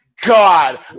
God